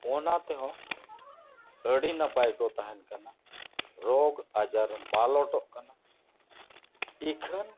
ᱚᱱᱟ ᱛᱮᱦᱚᱸ ᱟᱹᱰᱤ ᱱᱟᱯᱟᱭ ᱠᱚ ᱛᱟᱦᱮᱱ ᱠᱟᱱᱟ ᱨᱳᱜᱽ ᱟᱡᱟᱨ ᱢᱟᱞᱚᱴᱚᱜ ᱠᱟᱱᱟ ᱤᱠᱷᱟᱹᱱ